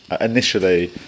initially